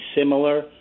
similar